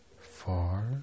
four